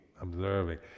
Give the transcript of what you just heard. observing